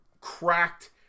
cracked